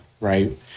Right